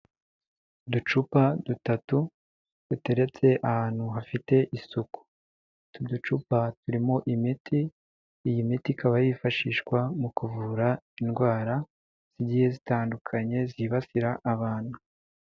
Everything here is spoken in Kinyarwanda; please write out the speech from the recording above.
Uducupa dutatu duteretse ahantu hafite isuku, utu ducupa turimo imiti, iyi miti ikaba yifashishwa mu kuvura indwara zigiye zitandukanye zibasira abantu.